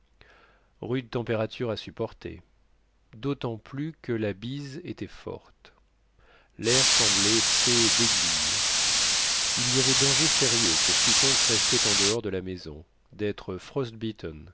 rude température à supporter d'autant plus que la bise était forte l'air semblait fait d'aiguilles il y avait danger sérieux pour quiconque restait en dehors de la maison d'être